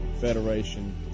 Federation